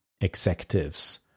executives